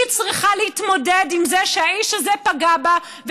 היא צריכה להתמודד עם זה שהאיש הזה פגע בה,